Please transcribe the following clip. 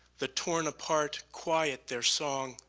the torn apart quiet their song.